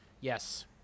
yes